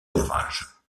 ouvrages